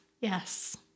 Yes